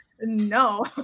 no